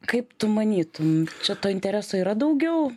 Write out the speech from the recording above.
kaip tu manytum čia to intereso yra daugiau